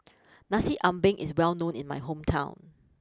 Nasi Ambeng is well known in my hometown